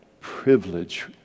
privilege